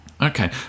Okay